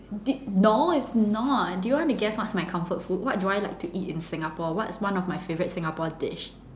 did no it's not do you want to guess what's my comfort food what do I like to eat in Singapore what's one of my favourite Singapore dish